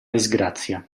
disgrazia